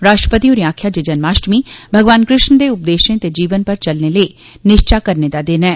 राष्ट्र ति होरें आक्खेया जे जन्माष्टमी भगवान कृष्ण दे उ देशें ते जीवन र चलने लेई निश्चे करने दा दिन ऐ